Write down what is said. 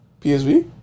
PSV